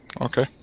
Okay